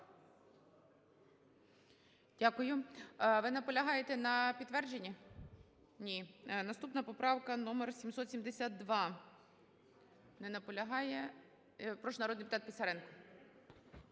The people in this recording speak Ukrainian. Дякую. Ви наполягаєте на підтвердженні? Ні. Наступна поправка - номер 772. Не наполягає. Прошу, народний депутат Писаренко.